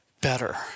better